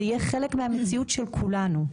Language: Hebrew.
זה יהיה חלק מהמציאות של כולנו.